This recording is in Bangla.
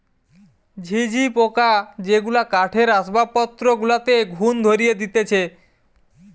ঝিঝি পোকা যেগুলা কাঠের আসবাবপত্র গুলাতে ঘুন ধরিয়ে দিতেছে